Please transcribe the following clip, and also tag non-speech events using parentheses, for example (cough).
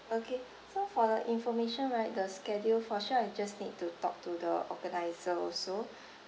okay so for your information right the schedule for sure I just need to talk to the organiser also (breath)